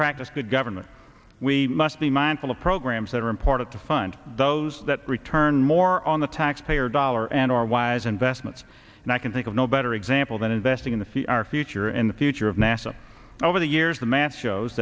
practice good government we must be mindful of programs that are important to fund those that return more on the taxpayer dollar and are a wise investment and i can think of no better example than investing in the fi our future and the future of nasa over the years the math shows